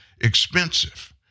expensive